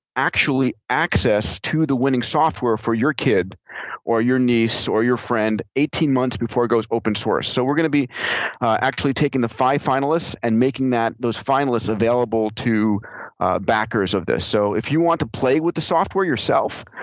actually, access to the winning software to your kid or your niece or your friend eighteen months before it goes open source. so we're going to be actually taking the five finalists and making those finalists available to ah backers of this. so if you want to play with the software yourself,